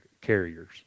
carriers